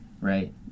right